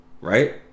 Right